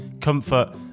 comfort